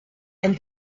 and